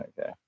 Okay